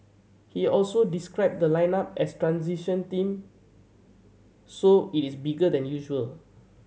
he also described the lineup as transition team so it is bigger than usual